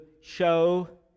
show